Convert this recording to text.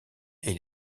est